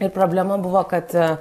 ir problema buvo kad